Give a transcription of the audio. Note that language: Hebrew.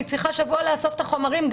אני צריכה שבוע לאסוף את החומרים.